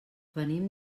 venim